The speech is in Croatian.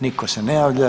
Nitko se ne javlja.